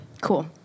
Cool